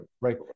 right